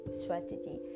strategy